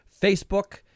Facebook